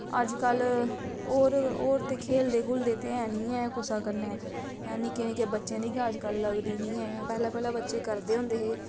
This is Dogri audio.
अज कल होर होर ते खेलदे खूलदे ते हैं नी हैंन कुसा कन्नै निक्के निक्के बच्चें दी गै अज कल लगदी नी ऐ पैह्लैं पैह्लैं बच्चे करदे होंदे हे